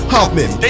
Hoffman